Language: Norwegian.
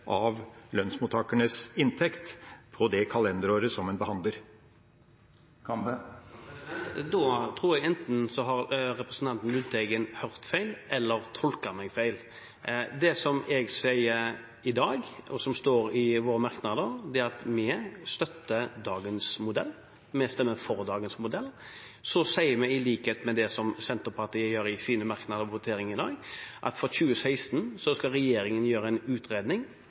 at lønnsmottakernes inntekt det kalenderåret. Da tror jeg at representanten Lundteigen enten har hørt feil eller tolket meg feil. Det som jeg sier i dag, og som står i våre merknader, er at vi støtter dagens modell, vi stemmer for dagens modell. Så sier vi, i likhet med Senterpartiet i sine merknader og voteringen i dag, at i 2016 skal regjeringen foreta en utredning